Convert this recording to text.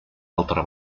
altra